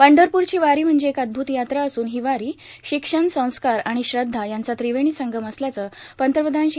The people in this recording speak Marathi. पंढरपूरची वारी म्हणजे एक अद्भूत यात्रा असून ही वारी शिक्षण संस्कार आणि श्रद्धा यांचा त्रिवेणी संगत असल्याचं पंतप्रधान श्री